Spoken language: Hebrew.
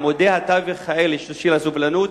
עמודי התווך האלה של הסובלנות,